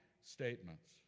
statements